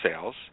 sales